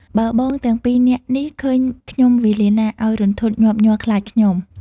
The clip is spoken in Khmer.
បើបងទាំងពីរនាក់នេះឃើញខ្ញុំវេលាណា ឱ្យរន្ធត់ញាប់ញ័រខ្លាចខ្ញុំ"។